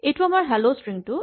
এইটো আমাৰ hello string টো